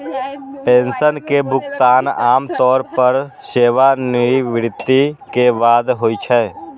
pension के भुगतान आम तौर पर सेवानिवृत्ति के बाद होइ छै